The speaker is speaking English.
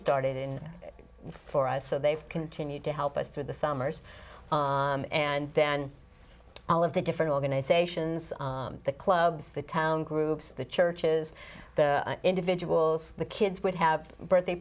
started in for us so they've continued to help us through the summers and then all of the different organizations the clubs the town groups the churches the individuals the kids would have birthday